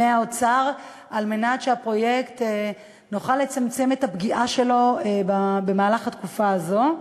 מהאוצר על מנת שנוכל לצמצם את הפגיעה בפרויקט במהלך התקופה הזו.